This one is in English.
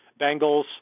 Bengals